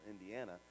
Indiana